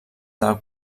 del